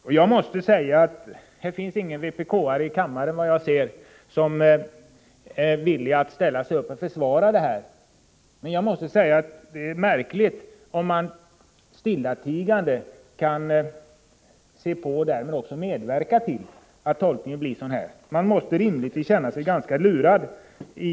Vad jag ser finns det ingen vpk-are i kammaren som kan ställa sig upp och försvara denna ordning. Men jag måste säga att det är märkligt om man stillatigande kan iaktta att tolkningen blir denna. Man måste rimligtvis känna sig ganska lurad.